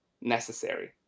Necessary